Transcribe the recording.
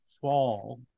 fall